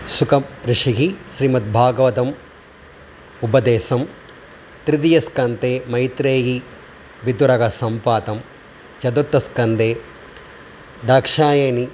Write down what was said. शृङ्गी ऋषिः श्रीमद्भागवतम् उपदेशं तृतीयस्कन्दे मैत्रेयी विदुर संवादः चतुर्थस्कन्दे दाक्षायणी